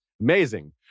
amazing